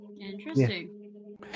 Interesting